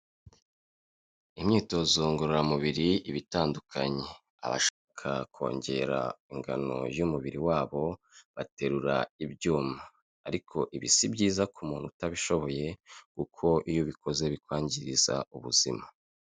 Imyitozo ngororamubiri iba itandukanye, abashaka kongera ingano y'umubiri wabo, baterura ibyuma, ariko ibi si byiza ku muntu utabishoboye, kuko iyo ubikoze bikwangiririza ubuzima.